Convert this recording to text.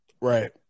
Right